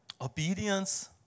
obedience